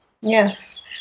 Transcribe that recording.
Yes